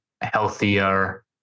healthier